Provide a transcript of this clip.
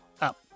up